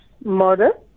mother